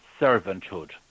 servanthood